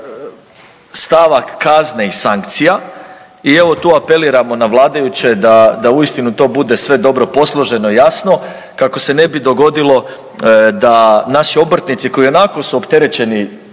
stavak kazne i sankcija i evo tu apeliramo na vladajuće da uistinu to bude sve dobro posloženo i jasno kako se ne bi dogodilo da naši obrtnici koji ionako su opterećeni